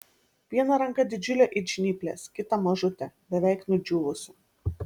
viena ranka didžiulė it žnyplės kita mažutė beveik nudžiūvusi